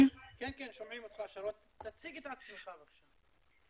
תציג את עצמך, בבקשה.